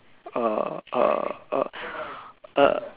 err